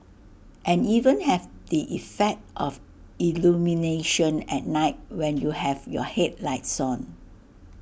and even have the effect of illumination at night when you have your headlights on